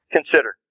Consider